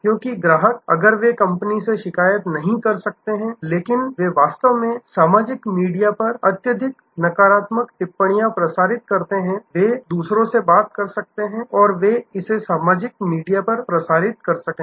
क्योंकि ग्राहक अगर वे कंपनी से शिकायत नहीं कर सकते हैं लेकिन वे वास्तव में सामाजिक मीडिया पर अत्यधिक नकारात्मक टिप्पणियां प्रसारित कर सकते हैं वे दूसरों से बात कर सकते हैं और वे इसे सामाजिक मीडिया पर प्रसारित कर सकते हैं